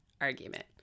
argument